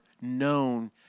known